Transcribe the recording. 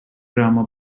drama